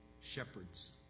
shepherds